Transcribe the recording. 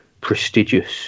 prestigious